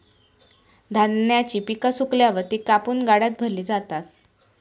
धान्याची पिका सुकल्यावर ती कापून गाड्यात भरली जातात